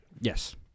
Yes